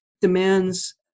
demands